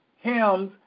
hymns